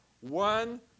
One